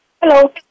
Hello